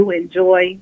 enjoy